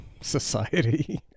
society